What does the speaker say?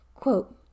Quote